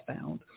found